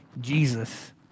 Jesus